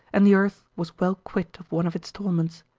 and the earth was well quit of one of its torments.